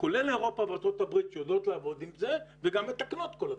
כולל אירופה וארצות הברית שיודעות לעבוד עם זה וגם מתקנות כל הזמן.